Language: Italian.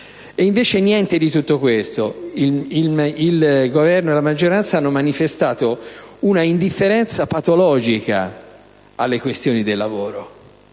Invece niente di tutto questo: il Governo e la maggioranza hanno manifestato un'indifferenza patologica alle questioni del lavoro